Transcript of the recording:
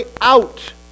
out